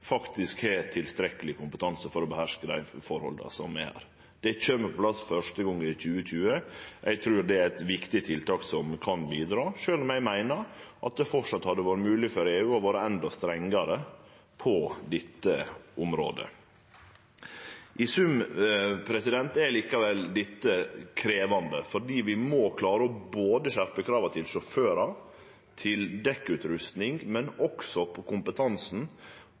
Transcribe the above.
faktisk har tilstrekkeleg kompetanse til å beherske dei forholda som er her. Det kjem på plass første gong i 2020. Eg trur det er eit viktig tiltak som kan bidra, sjølv om eg meiner at det framleis hadde vore mogleg for EU å vere endå strengare på dette området. I sum er dette likevel krevjande, for vi må klare å skjerpe krava både til sjåførane, til dekkutrusting og til kompetansen